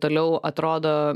toliau atrodo